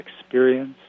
experience